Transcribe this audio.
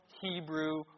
Hebrew